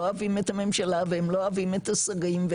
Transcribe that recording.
לא אוהבים את הממשלה והם לא אוהבים את השרים,